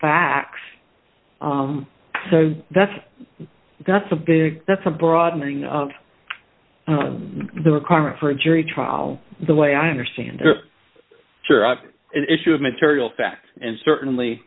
facts so that's that's a big that's a broadening of the requirement for a jury trial the way i understand an issue of material fact and certainly